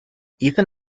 ethan